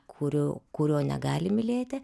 kurio kurio negali mylėti